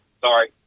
sorry